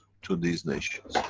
to these nations.